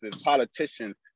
politicians